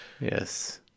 Yes